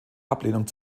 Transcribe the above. ablehnung